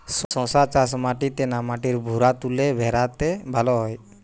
শশা চাষ মাটিতে না মাটির ভুরাতুলে ভেরাতে ভালো হয়?